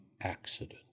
accident